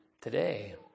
today